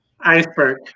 iceberg